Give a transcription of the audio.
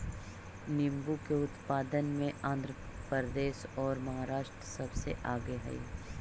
नींबू के उत्पादन में आंध्र प्रदेश और महाराष्ट्र सबसे आगे हई